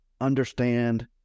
understand